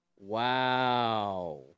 Wow